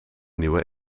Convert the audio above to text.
nieuwe